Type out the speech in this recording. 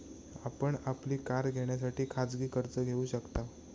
आपण आपली कार घेण्यासाठी खाजगी कर्ज घेऊ शकताव